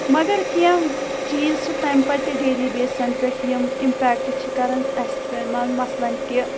مَگر کینٛہہ چیٖز چھِ تَمہِ پَتہٕ تہِ ڈیلی بیسَن پٮ۪ٹھ یِم اِمپیٚکٹ چھِ کران اَسہِ مثلاً کہِ